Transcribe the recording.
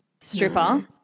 stripper